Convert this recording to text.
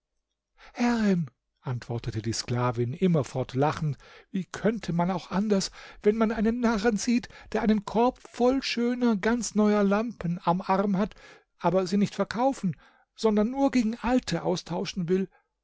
herrin antwortete die sklavin immerfort lachend wie könnte man auch anders wenn man einen narren sieht der einen korb voll schöner ganz neuer lampen am arm hat aber sie nicht verkaufen sondern nur gegen alte austauschen will